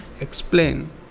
explain